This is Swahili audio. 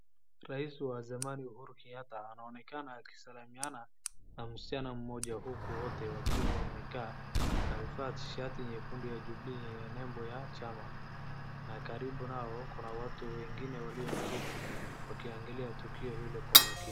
Rais wa zamani Uhuru Kenyatta anaonekana akisalamiana na msichana mmoja uku wote wakiwa wamekaa. Amevaa t-shirt nyekundu ya Jubilee yenye nembo ya chama na karibu nao kuna watu wengine walioketi wakiangalia tukio hilo kwa umakini.